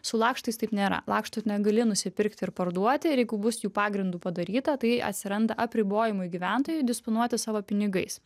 su lakštais taip nėra lakštų negali nusipirkti ir parduoti ir jeigu bus jų pagrindu padaryta tai atsiranda apribojimai gyventojui disponuoti savo pinigais